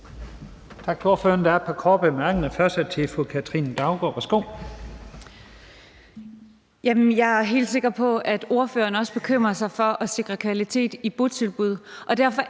Jeg er helt sikker på, at ordføreren også er optaget af at sikre kvalitet i botilbud,